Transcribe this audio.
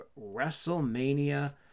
WrestleMania